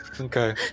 Okay